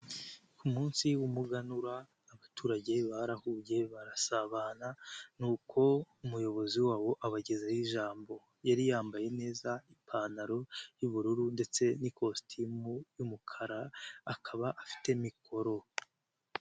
Ku munsi w'umuganura abaturage barahubye barasabana nuko umuyobozi wabo abagezaho ijambo, yari yambaye neza ipantaro y'ubururu ndetse n'ikositimu y'umukara akaba afite mikoro.